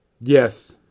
yes